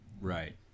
Right